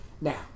Now